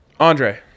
Andre